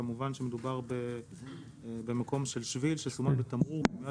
כמובן שמדובר במקום של שביל שסומן בתמרור ומיועד